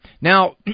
Now